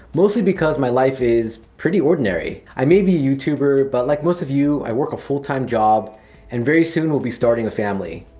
mostly because my life is pretty ordinary. i may be a youtuber, but like most of you, i work a full-time job and very soon, will be starting a family.